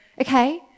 Okay